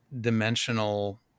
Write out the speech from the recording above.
dimensional